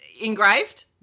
engraved